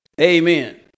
Amen